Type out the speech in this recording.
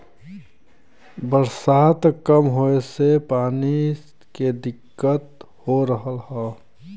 बरसात कम होए से पानी के दिक्कत हो रहल हौ